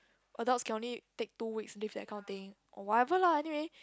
adults can only take two weeks leave that kind of thing or whatever lah anyway